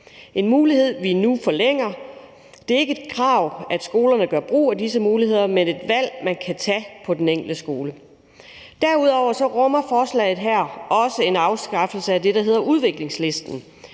en mulighed, vi nu forlænger. Det er ikke et krav, at skolerne gør brug af disse muligheder, men et valg, man kan tage på den enkelte skole. Derudover rummer forslaget her også en afskaffelse af det, der hedder udviklingslisten.